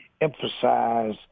emphasize